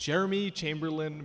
jeremy chamberlain